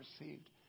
received